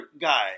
guy